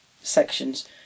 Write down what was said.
sections